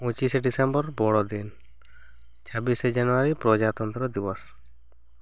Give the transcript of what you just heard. ᱯᱚᱪᱤᱥᱮ December ᱵᱚᱲᱚ ᱫᱤᱱ ᱪᱷᱚᱵᱤᱥᱮ ᱡᱟᱱᱩᱣᱟᱨᱤ ᱯᱚᱡᱟᱛᱚᱱᱛᱨᱚ ᱫᱤᱵᱚᱥ